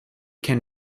can